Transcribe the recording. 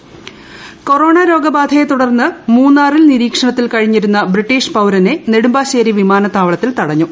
corona വിമാനം corona രോഗബാധയെത്തുടർന്ന് മൂന്നാറിൽ നിരീക്ഷണത്തിൽ കഴിഞ്ഞിരുന്ന ബ്രിട്ടിഷ് പൌരനെ നെടുമ്പാശ്ശേരി വിമാനത്താവളത്തിൽ തടഞ്ഞു